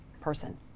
person